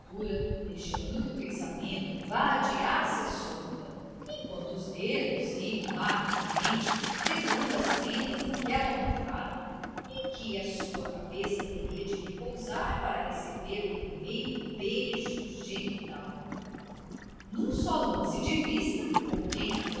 costura deixando que o pensamento vadiasse à solta enquanto os dedos iam maquinalmente pregando as rendas naquela almofada em que a sua cabeça teria de repousar para receber o primeiro beijo genital num só lance de vista como quem